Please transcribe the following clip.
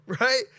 right